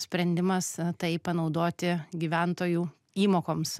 sprendimas tai panaudoti gyventojų įmokoms